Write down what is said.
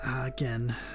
Again